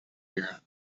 here